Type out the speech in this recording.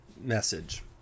message